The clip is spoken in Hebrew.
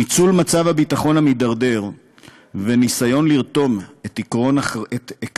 ניצול מצב הביטחון המתדרדר וניסיון לרתום את עקרון